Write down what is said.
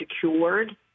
secured